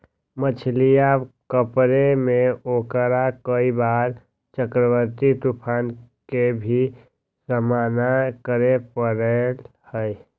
मछलीया पकड़े में ओकरा कई बार चक्रवाती तूफान के भी सामना करे पड़ले है